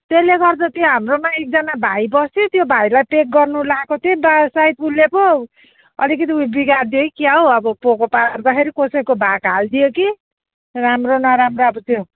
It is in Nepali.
त्यसले गर्दा त्यो हाम्रोमा एकजना भाइ बस्थ्यो त्यो भाइलाई प्याक गर्नु लगाएको थिएँ वा सायद उसले पो अलिकति उयो बिगारी दियो कि क्या हो अब पोको पार्दाखेरि कसैको भाग हालिदियो कि राम्रो नराम्रो अब त्यो